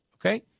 Okay